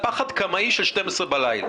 -- על פחד קמאי של 24:00 בלילה.